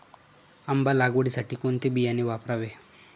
आंबा लागवडीसाठी कोणते बियाणे वापरावे?